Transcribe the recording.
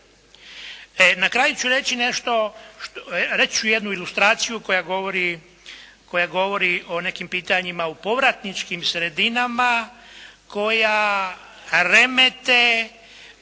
na kraju reći ću jednu ilustraciju koja govori o nekim pitanjima u povratničkim sredinama koja remete